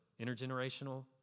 intergenerational